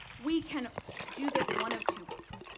we can do this one of two ways.